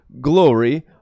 glory